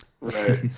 Right